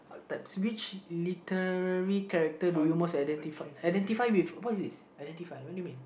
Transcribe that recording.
which literary character do you most identify identify with what's this identify what do you mean